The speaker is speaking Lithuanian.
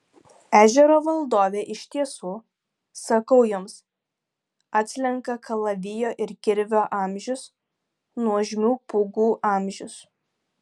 ežero valdovė iš tiesų sakau jums atslenka kalavijo ir kirvio amžius nuožmių pūgų amžius